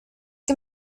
que